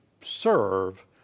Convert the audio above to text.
serve